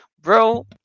bro